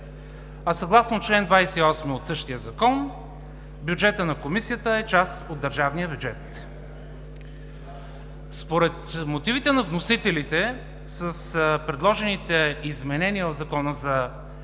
Съгласно чл. 28 от същия Закон „бюджетът на Комисията е част от държавния бюджет“. Според мотивите на вносителите с предложените изменения в Закона за